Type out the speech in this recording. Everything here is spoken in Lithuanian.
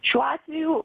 šiuo atveju